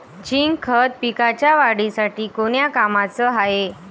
Zinc खत पिकाच्या वाढीसाठी कोन्या कामाचं हाये?